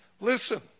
Listen